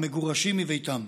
המגורשים מביתם,